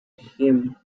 him